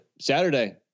Saturday